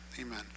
amen